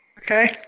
Okay